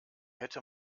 hätte